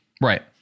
Right